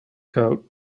coat